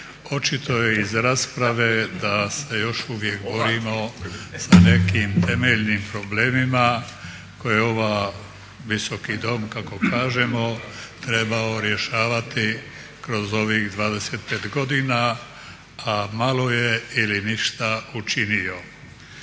Očito je iz rasprave da se još uvijek borimo sa nekim temeljnim problemima koje ovaj Visoki dom kako kažemo trebao rješavati kroz ovih 25 godina, a malo je ili ništa učinio.